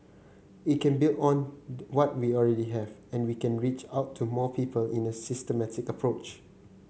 it can build on what we already have and we can reach out to more people in a systematic approach